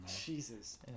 Jesus